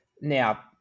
Now